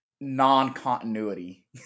non-continuity